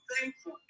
thankful